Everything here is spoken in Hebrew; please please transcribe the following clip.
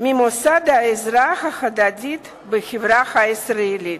ממוסד העזרה ההדדית בחברה הישראלית,